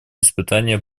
испытания